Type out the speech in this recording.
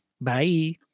Bye